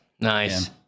nice